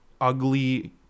ugly